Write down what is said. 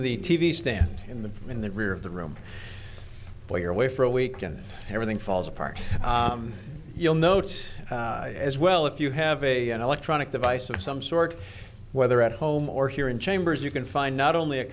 the t v stand in the in the rear of the room while you're away for a week and everything falls apart you'll note as well if you have a an electronic device of some sort whether at home or here in chambers you can find not only a